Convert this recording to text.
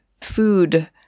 food